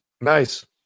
Nice